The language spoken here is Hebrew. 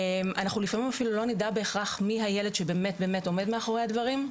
אנחנו לפעמים אפילו לא נדע בהכרח מי הילד שבאמת עומד מאחורי הדברים.